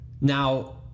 Now